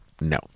No